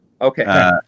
Okay